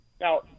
Now